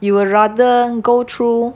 you would rather go through